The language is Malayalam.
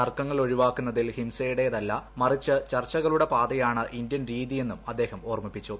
തർക്കങ്ങൾ ഒഴിവാക്കുന്നതിൽ ഹിംസയ്ട്ട്ടേതല്ല മറിച്ച് ചർച്ചകളുടെ പാതയാണ് ഇന്ത്യൻ രീതിയെന്നും അദ്ദേഹം ഓർമ്മിപ്പിച്ചു